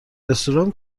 رستوران